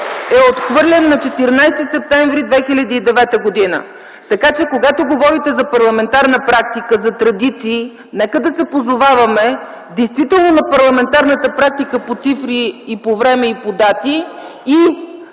е отхвърлен на 14 септември 2009 г. Така че, когато говорите за парламентарна практика и за традиции, нека да се позоваваме действително на парламентарната практика по цифри, по време и по дати и